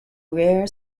rare